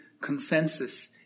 consensus